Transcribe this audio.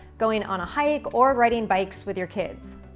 going on a hike, or riding bikes with your kids.